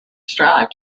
strived